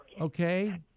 Okay